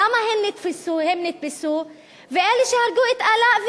למה הם נתפסו ואלה שהרגו את עלאא,